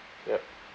yup